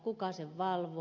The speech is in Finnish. kuka sitä valvoo